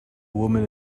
woman